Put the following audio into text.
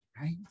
right